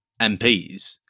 MPs